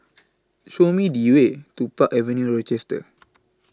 Show Me The Way to Park Avenue Rochester